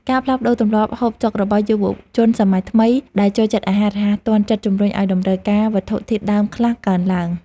ការផ្លាស់ប្តូរទម្លាប់ហូបចុករបស់យុវជនសម័យថ្មីដែលចូលចិត្តអាហាររហ័សទាន់ចិត្តជម្រុញឱ្យតម្រូវការវត្ថុធាតុដើមខ្លះកើនឡើង។